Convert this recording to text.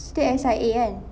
still S_I_A kan